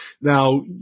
Now